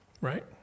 right